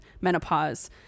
menopause